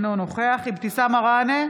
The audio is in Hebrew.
אינו נוכח אבתיסאם מראענה,